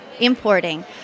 importing